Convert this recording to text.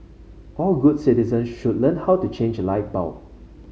all good citizen should learn how to change a light bulb